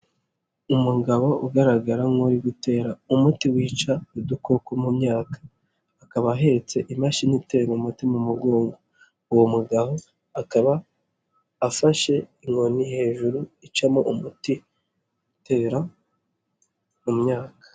Umugabo ugaragara nk'uri gutera umuti wica udukoko mu myaka, akaba ahetse imashini itera umuti mu mugongo, uwo mugabo akaba afashe inkoni hejuru icamo umuti utera mu myaka.